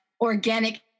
organic